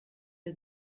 der